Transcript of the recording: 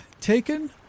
taken